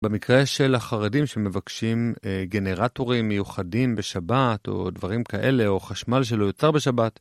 במקרה של החרדים שמבקשים גנרטורים מיוחדים בשבת או דברים כאלה או חשמל שלא יוצר בשבת